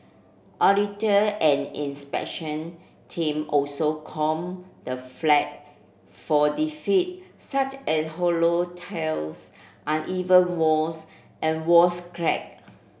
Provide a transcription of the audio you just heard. auditor and inspection team also comb the flat for defect such as hollow tiles uneven walls and walls crack